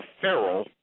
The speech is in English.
feral